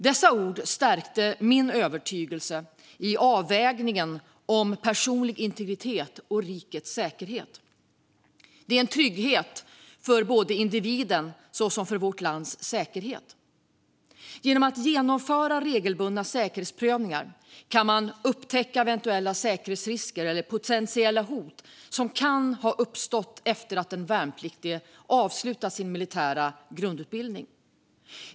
Dessa ord stärkte min övertygelse i avvägningen mellan personlig integritet och rikets säkerhet. Det är en trygghet för både individen och vårt lands säkerhet. Genom att genomföra regelbundna säkerhetsprövningar kan man upptäcka eventuella säkerhetsrisker eller potentiella hot som kan ha uppstått efter att den värnpliktige avslutat sin militära grundutbildning.